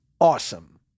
awesome